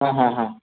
हां हां हां